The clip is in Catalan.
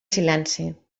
silenci